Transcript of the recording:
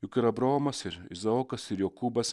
juk ir abraomas ir izaokas ir jokūbas